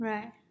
Right